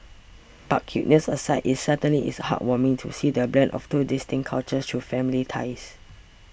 but cuteness aside it certainly is heartwarming to see the blend of two distinct cultures through family ties